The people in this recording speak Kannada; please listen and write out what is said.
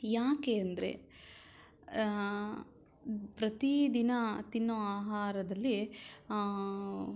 ಯಾಕೆ ಅಂದರೆ ಪ್ರತಿ ದಿನ ತಿನ್ನೋ ಆಹಾರದಲ್ಲಿ